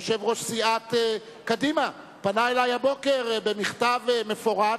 יושב-ראש סיעת קדימה פנה אלי הבוקר במכתב מפורט,